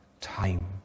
time